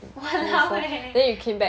!walao! eh